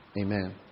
Amen